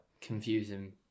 confusing